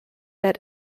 that